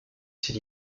ces